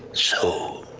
so?